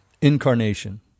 incarnation